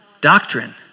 Doctrine